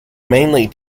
mainly